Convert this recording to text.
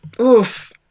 Oof